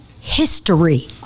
history